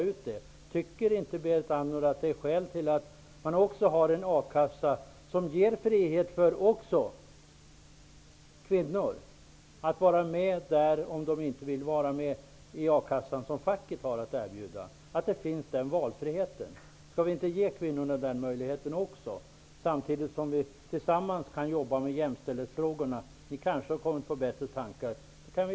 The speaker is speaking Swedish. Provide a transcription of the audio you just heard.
Finns det inte skäl, Berit Andnor, till också en akassa som ger frihet, exempelvis för kvinnor, en akassa som innebär att man inte behöver vara med i facket? Finns det inte skäl till en sådan valfrihet? Låt oss ge kvinnorna en sådan möjlighet. Vi kan också tillsammans jobba med jämställdhetsfrågorna -- ni kanske har kommit på bättre tankar.